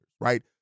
right